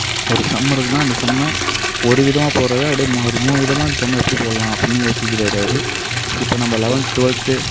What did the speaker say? ஒரு சம்மு இருக்குன்னால் அந்த சம்மை ஒரு விதமாக போடுறது அப்படியே அவரு மூணு விதமாக இந்த சம்மை எப்படி போடலாம் அப்படின்னு யோசிக்கிறவரு அவரு இப்போ நம்ம லெவன்த்து ட்வெல்த்து